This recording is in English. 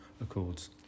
Accords